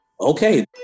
okay